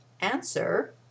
answer